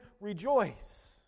rejoice